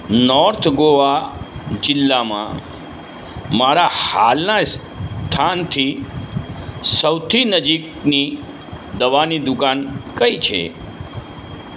north Goa જિલ્લામાં મારા હાલનાં સ્થાનથી સૌથી નજીકની દવાની દુકાન કઈ છે